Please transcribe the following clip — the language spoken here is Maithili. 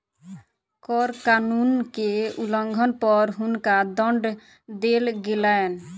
कर कानून के उल्लंघन पर हुनका दंड देल गेलैन